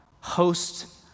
host